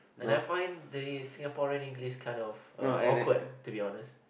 I never find there is Singaporean English kind of awkward to be honest